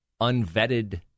unvetted